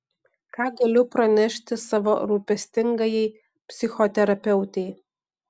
ką galiu pranešti savo rūpestingajai psichoterapeutei